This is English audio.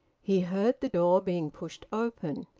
he heard the door being pushed open,